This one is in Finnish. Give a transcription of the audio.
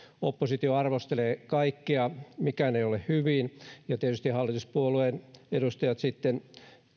oppositio arvostelee kaikkea mikään ei ole hyvin ja tietysti hallituspuolueiden edustajat sitten